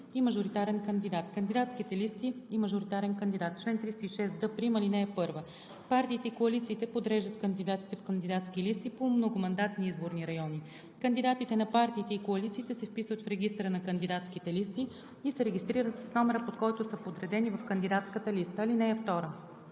и мажоритарен кандидат Кандидатски листи и мажоритарен кандидат Чл. 306д'. (1) Партиите и коалициите подреждат кандидатите в кандидатски листи по многомандатни изборни райони. Кандидатите на партиите и коалициите се вписват в регистъра на кандидатските листи и се регистрират с номера, под които са подредени в кандидатската листа. (2) Коалициите